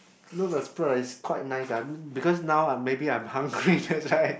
no the spread like it's quite nice ah I mean because now I'm maybe I'm hungry that's why